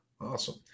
Awesome